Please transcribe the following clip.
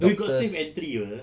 we got safe entry [pe]